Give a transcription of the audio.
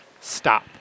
stop